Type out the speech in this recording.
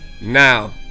now